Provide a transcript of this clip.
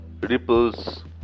ripples